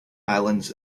islands